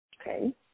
Okay